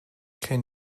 can